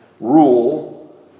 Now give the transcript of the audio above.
Rule